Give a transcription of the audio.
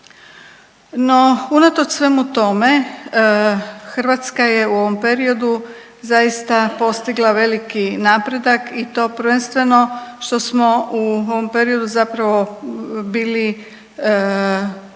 No, unatoč svemu tome Hrvatska je u ovom periodu zaista postigla veliki napredak i to prvenstveno što smo u ovom periodu zapravo bili prepoznati